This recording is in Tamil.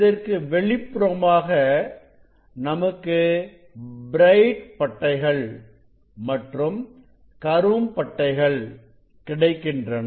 இதற்கு வெளிப்புறமாக நமக்கு பிரைட் பட்டைகள் மற்றும் கரும் பட்டைகள் கிடைக்கின்றன